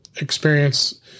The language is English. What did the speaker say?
experience